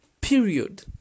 period